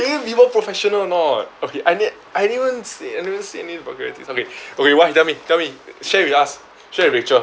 can you be more professional or not okay I need anyone see anyone see any vulgarities okay okay what tell me tell me share with us share with rachel